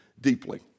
deeply